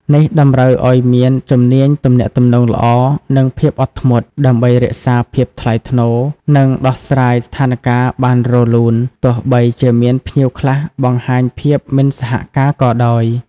នេះតម្រូវឲ្យមានជំនាញទំនាក់ទំនងល្អ និងភាពអត់ធ្មត់ ដើម្បីរក្សាភាពថ្លៃថ្នូរ និងដោះស្រាយស្ថានការណ៍បានរលូន ទោះបីជាមានភ្ញៀវខ្លះបង្ហាញភាពមិនសហការក៏ដោយ។